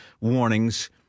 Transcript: warnings